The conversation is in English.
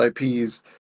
IPs